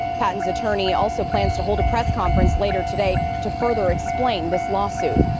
patton's attorney also plans to hold a press conference later today to further explain this lawsuit.